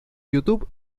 youtube